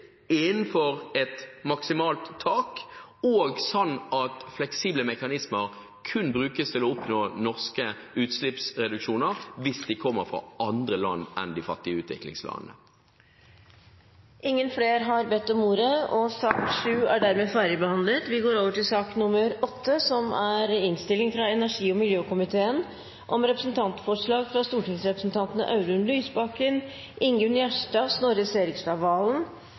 innenfor et maksimalt tak, og sånn at fleksible mekanismer kun brukes til å oppnå norske utslippsreduksjoner hvis de kommer fra andre land enn de fattige utviklingslandene? Flere har ikke bedt om ordet til sak nr. 7. Etter ønske fra energi- og miljøkomiteen vil presidenten foreslå at taletiden blir begrenset til 5 minutter til hver partigruppe og